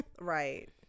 Right